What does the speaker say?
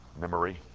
memory